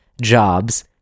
jobs